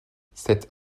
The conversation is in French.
cet